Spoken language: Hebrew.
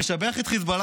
משבח את חיזבאללה,